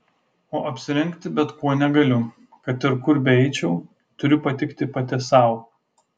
o apsirengti bet ko negaliu kad ir kur beeičiau turiu patikti pati sau